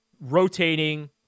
Rotating